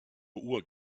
uhr